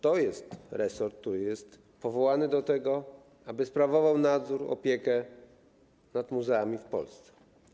To jest resort powołany do tego, aby sprawował nadzór, opiekę nad muzeami w Polsce.